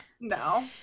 No